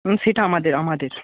হুম সেটা আমাদের আমাদের